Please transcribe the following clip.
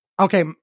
Okay